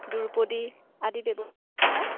দ্ৰৌপদী আদি ব্যৱহাৰ হয়